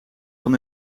van